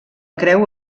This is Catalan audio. creu